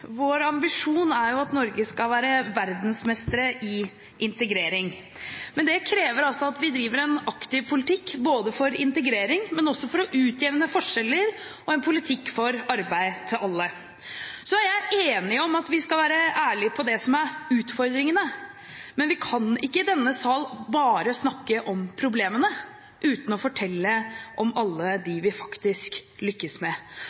Vår ambisjon er at Norge skal være verdensmester i integrering. Men det krever at vi driver en aktiv politikk, både for integrering og for å utjevne forskjeller, og en politikk for arbeid til alle. Jeg er enig i at vi skal være ærlige om det som er utfordringene, men vi kan ikke i denne sal bare snakke om problemene uten å fortelle om alle dem vi faktisk lykkes med